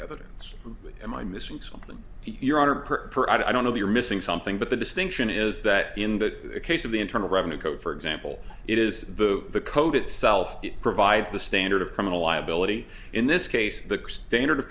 evidence am i missing something your honor per i don't know you're missing something but the distinction is that in the case of the internal revenue code for example it is the code itself it provides the standard of criminal liability in this case the standard of